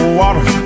water